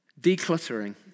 decluttering